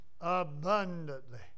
abundantly